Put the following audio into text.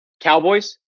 Cowboys